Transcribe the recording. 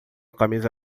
camisa